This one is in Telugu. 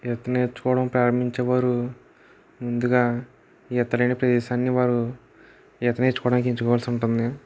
ఈత నేర్చుకోవడం ప్రారంభించే వారు ముందుగా ఈత నేర్పే ప్రదేశాన్ని వారు ఈత నేర్చుకోవడానికి ఎంచుకోవాల్సి ఉంటుంది